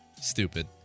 stupid